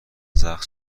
زخم